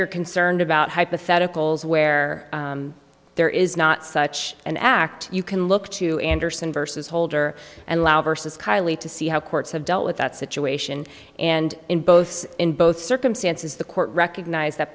you're concerned about hypotheticals where there is not such an act you can look to andersen versus holder and loud versus kylie to see how courts have dealt with that situation and in both in both circumstances the court recognized that